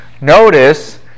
Notice